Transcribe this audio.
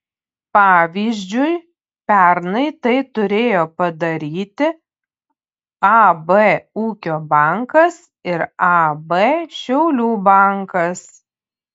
pavyzdžiui pernai tai turėjo padaryti ab ūkio bankas ir ab šiaulių bankas